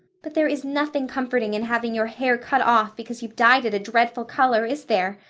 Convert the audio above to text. but there is nothing comforting in having your hair cut off because you've dyed it a dreadful color, is there?